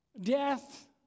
death